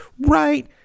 right